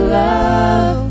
love